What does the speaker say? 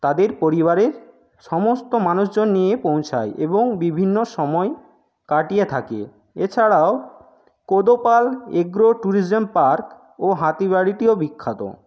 তাদের পরিবারের সমস্ত মানুষজন নিয়ে পৌঁছায় এবং বিভিন্ন সময় কাটিয়ে থাকে এছাড়াও কোদোপাল অ্যাগ্রো ট্যুরিজম পার্ক ও হাতিবাড়িটিও বিখ্যাত